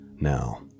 Now